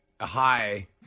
hi